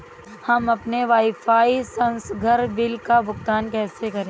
हम अपने वाईफाई संसर्ग बिल का भुगतान कैसे करें?